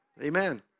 Amen